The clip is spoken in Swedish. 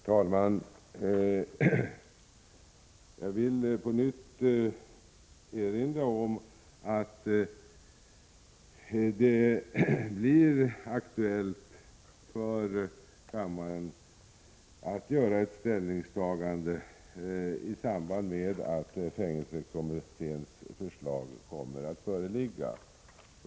Herr talman! Jag vill på nytt erinra om att det blir aktuellt för kammaren att göra ett ställningstagande i samband med att fängelsestraffkommitténs förslag föreligger.